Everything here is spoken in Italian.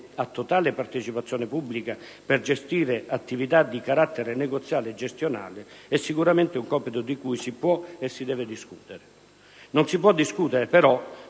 a totale partecipazione pubblica per gestire attività di carattere negoziale e gestionale, è sicuramente un compito di cui si può e si deve discutere. Non si può discutere però,